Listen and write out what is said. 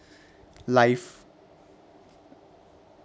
life